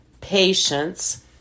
patience